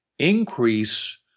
increase